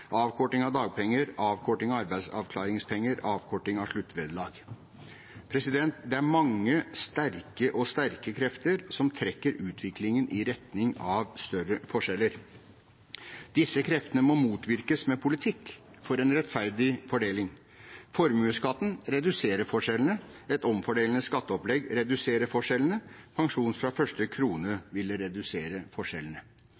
avkorting av dagpenger, avkorting av arbeidsavklaringspenger, avkorting av sluttvederlag. Det er mange og sterke krefter som trekker utviklingen i retning av større forskjeller. Disse kreftene må motvirkes med politikk for en rettferdig fordeling. Formuesskatten reduserer forskjellene. Et omfordelende skatteopplegg reduserer forskjellene. Pensjon fra første